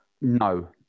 no